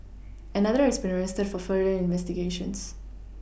another has been arrested for further investigations